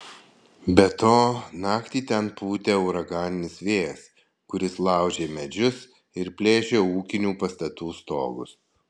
be to naktį ten pūtė uraganinis vėjas kuris laužė medžius ir plėšė ūkinių pastatų stogus